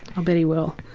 bet he will.